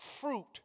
fruit